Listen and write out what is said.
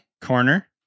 corner